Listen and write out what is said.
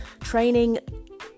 training